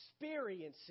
experiencing